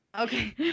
Okay